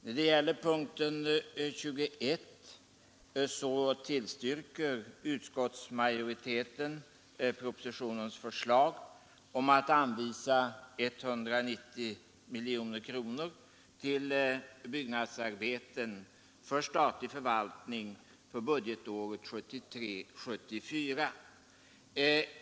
När det gäller punkten 21 tillstyrker utskottsmajoriteten propositionens förslag om att anvisa 190 miljoner kronor till byggnadsarbeten för statlig förvaltning för budgetåret 1973/74.